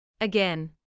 Again